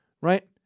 right